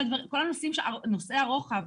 כל נושאי הרוחב,